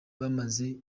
bamaze